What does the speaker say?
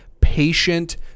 patient